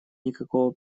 никакого